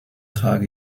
trage